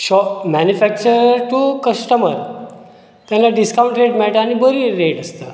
show manufacture to customer केन्ना discount rate मेळटा आनी बरी रेट आसता